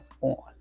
on